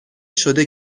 شده